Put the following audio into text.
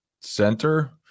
center